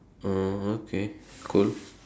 oh okay cool